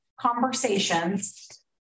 conversations